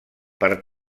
per